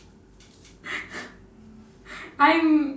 I'm